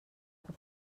que